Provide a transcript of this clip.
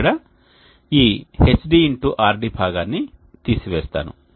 ఇక్కడ ఈ Hd x RD భాగాన్ని తీసివేస్తాను